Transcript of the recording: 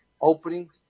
opening